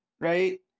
right